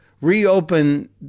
reopen